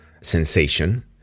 sensation